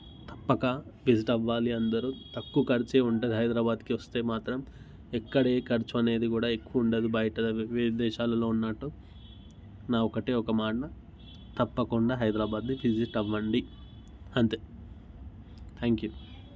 తప్పక విజిట్ అవ్వాలి అందరు తక్కువ ఖర్చు ఉంటుంది హైదరాబాద్కి వస్తే మాత్రం ఎక్కడ ఏ ఖర్చు అనేది కూడా ఏ ఖర్చు ఉండదు బయట విదేశాలలో ఉన్నట్టు నా ఒకటే ఒక మాట తప్పకుండా హైదరాబాద్ని విజిట్ అవ్వండి అంతే థ్యాంక్ యూ